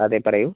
അതെ പറയൂ